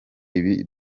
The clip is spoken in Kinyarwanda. ibi